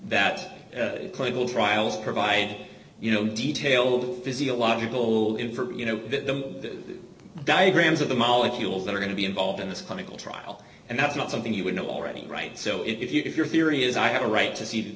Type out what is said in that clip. that clinical trials provide you know detail physiological in for you know the diagrams of the molecules that are going to be involved in this clinical trial and that's not something you would know already right so if your theory is i have a right to see